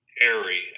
Harry